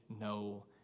no